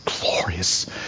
glorious